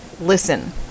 listen